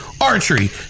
archery